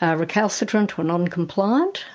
recalcitrant or non-compliant,